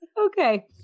Okay